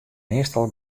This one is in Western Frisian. meastal